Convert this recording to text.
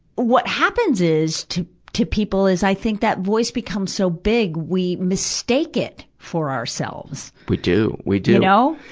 what happens is, to, to people is i think that voice becomes so big, we mistake it for ourselves. we do. we do. you know.